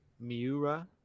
Miura